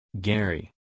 Gary